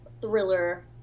thriller